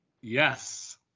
Yes